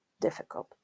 difficult